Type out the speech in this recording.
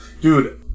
Dude